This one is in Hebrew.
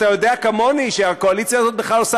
אתה יודע כמוני שהקואליציה הזאת בכלל עושה